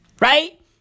Right